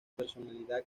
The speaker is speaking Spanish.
personalidad